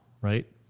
right